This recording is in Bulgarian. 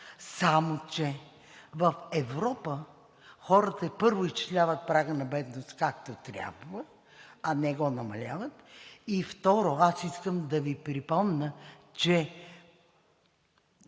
Само че в Европа хората първо изчисляват прага на бедност, както трябва, а не го намаляват и, второ, аз искам да Ви припомня, че